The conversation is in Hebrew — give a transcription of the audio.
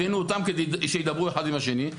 הבאנו אותם כדי שידברו אחד עם השני.